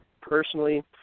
Personally